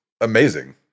amazing